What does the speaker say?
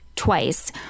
twice